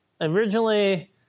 originally